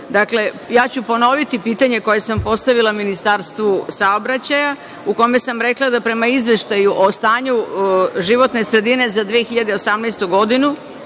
automobila. Ponoviću pitanje koje sam postavila Ministarstvu saobraćaja, u kome sam rekla da je prema izveštaju o stanju životne sredine za 2018. godinu,